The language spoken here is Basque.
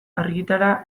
argitara